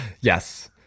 Yes